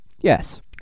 Yes